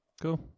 Cool